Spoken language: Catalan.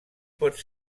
pot